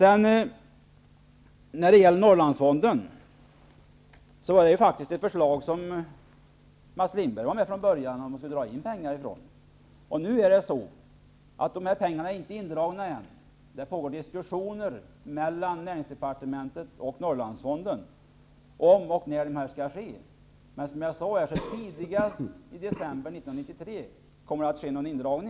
Mats Lindberg var faktiskt från början med på att dra in pengar från Norrlandsfonden. Men pengarna är ännu inte indragna, och det pågår diskussioner mellan näringsdepartementet och Norrlandsfonden om och när detta skall ske. Som jag sade tidigare blir det tidigast i december 1993.